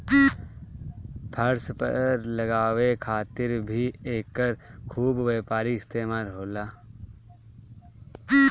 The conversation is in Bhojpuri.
फर्श पर लगावे खातिर भी एकर खूब व्यापारिक इस्तेमाल होला